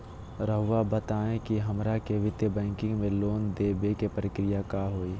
रहुआ बताएं कि हमरा के वित्तीय बैंकिंग में लोन दे बे के प्रक्रिया का होई?